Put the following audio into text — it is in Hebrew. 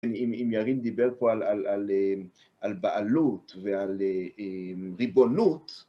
אם... אם... אם ירין דיבר פה על... על... על אה.. על בעלות ועל אה... אמ... ריבונות...